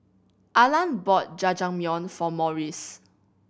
Arland bought Jajangmyeon for Maurice